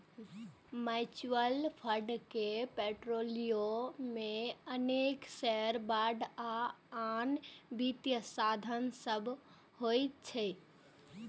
mutual fund के portfolio मे अनेक शेयर, बांड आ आन वित्तीय साधन सभ होइ छै